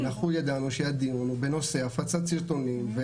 אנחנו ידענו שהדיון הוא בנושא הפצת סרטונים.